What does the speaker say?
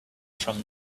from